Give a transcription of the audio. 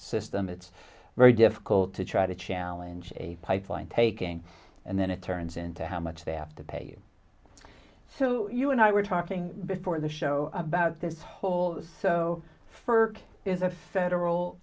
system it's very difficult to try to challenge a pipeline taking and then it turns into how much they have to pay you so you and i were talking before the show about this hole so for is a federal